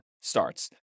starts